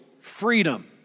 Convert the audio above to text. freedom